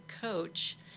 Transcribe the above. coach